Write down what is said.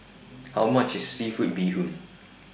How much IS Seafood Bee Hoon